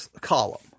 column